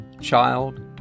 child